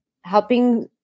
helping